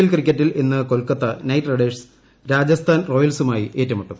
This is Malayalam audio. എൽ ക്രിക്കറ്റിൽ ഇന്ന് കൊൽക്കത്ത നൈറ്റ് റൈഡേഴ്സ് രാജസ്ഥാൻ റോയൽസുമായി ഏറ്റുമുട്ടും